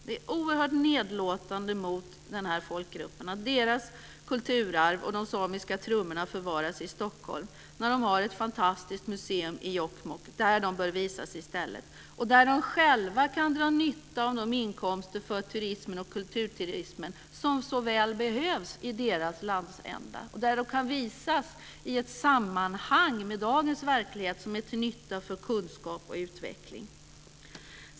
Det är oerhört nedlåtande mot denna folkgrupp att dess kulturarv, t.ex. de samiska trummorna, förvaras i Stockholm. Det finns ett fantastiskt museum i Jokkmokk där detta bör visas i stället, där samerna själva kan dra nytta av de inkomster från turismen och kulturturismen som så väl behövs i deras landsända och där det kan visas i ett sammanhang med dagens verklighet som är till nytta för kunskap och utveckling.